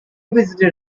visited